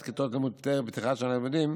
כיתות לימוד טרם פתיחת שנת הלימודים,